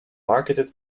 marketed